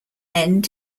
end